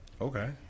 Okay